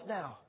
now